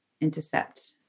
intercept